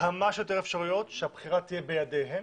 כמה שיותר אפשרויות, שהבחירה תהיה בידיהן